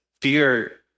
fear